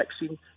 vaccine